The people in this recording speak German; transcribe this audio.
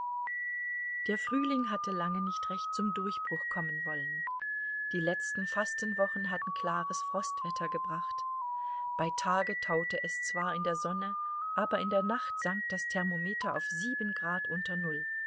der frühling hatte lange nicht recht zum durchbruch kommen wollen die letzten fastenwochen hatten klares frostwetter gebracht bei tage taute es zwar in der sonne aber in der nacht sank das thermometer auf sieben grad unter null